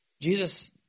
Jesus